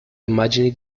immagini